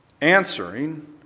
Answering